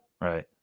Right